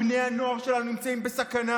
בני הנוער שלנו נמצאים בסכנה,